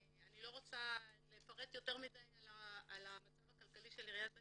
אני לא רוצה לפרט יותר מדי על מצבה הכלכלי של עיריית בת-ים,